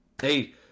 hey